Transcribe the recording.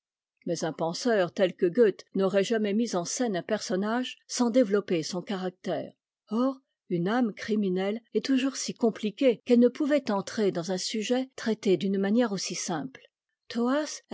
mais un penseur tel que goethe n'aurait jamais mis en scène un personnage sans développer son caractère or une âme crimineite est toujours si compliquée qu'elle ne pouvait entrer dans un sujet traité d'une manière aussi simple thoas